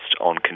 on